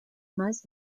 más